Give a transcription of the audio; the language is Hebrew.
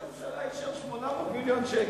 היא לא עולה כסף, ראש הממשלה אישר 800 מיליון שקל.